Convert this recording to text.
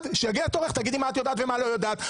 כשיגיע תורך, תגידי מה את יודעת ומה את לא יודעת.